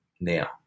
now